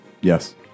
Yes